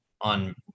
on